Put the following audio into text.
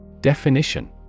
Definition